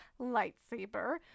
lightsaber